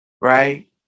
right